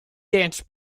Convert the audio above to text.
dance